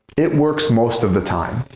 it works most of the time.